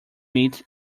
meat